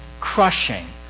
crushing